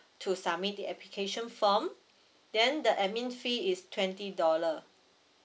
to submit the application form then the admin fee is twenty dollar